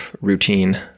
routine